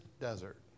desert